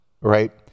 right